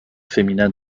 féminin